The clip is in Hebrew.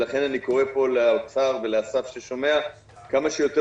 ולכן אני קורא פה לאוצר ולאסף ששומע: כמה שיותר